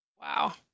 Wow